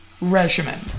regimen